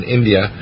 India